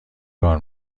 کار